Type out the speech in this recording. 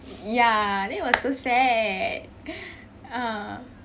ya then it was so sad ah